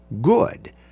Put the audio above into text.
good